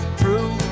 true